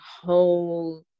whole